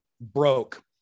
broke